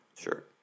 Sure